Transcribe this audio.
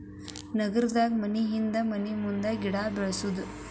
ನಗರದಾಗ ಮನಿಹಿಂದ ಮನಿಮುಂದ ಗಿಡಾ ಬೆಳ್ಸುದು